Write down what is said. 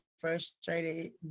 frustrated